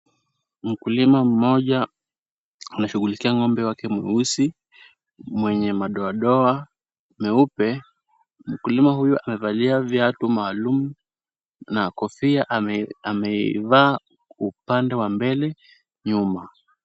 Mkulima mmoja anashughulikia ng'ombe wake mweusi mwenye madoadoa meupe mkulima huyu amevalia viatu maalum na kofia ameivaa upande wa mbele nyuma.